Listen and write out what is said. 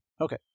okay